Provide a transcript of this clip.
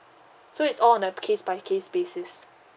so it's all on a case by case basis